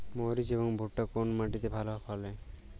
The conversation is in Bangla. মরিচ এবং ভুট্টা কোন মাটি তে ভালো ফলে?